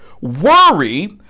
Worry